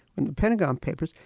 when the pentagon papers,